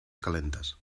calentes